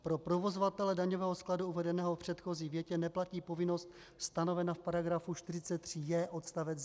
Pro provozovatele daňového skladu uvedeného v předchozí větě neplatí povinnost stanovená v § 43j odst.